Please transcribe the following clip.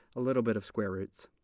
a little bit of square roots.